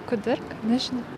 kudirka nežinau